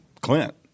Clint